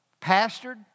pastored